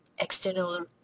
external